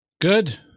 Good